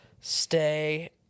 stay